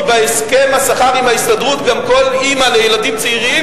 כי בהסכם השכר עם ההסתדרות גם כל אמא לילדים צעירים,